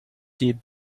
deep